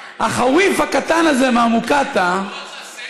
הח'וואף הקטן הזה מהמוקטעה, הוא לא רצה סנדוויץ'?